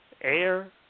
air